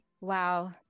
Wow